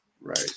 right